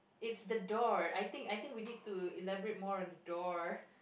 it's the door I think I think we need to elaborate more on the door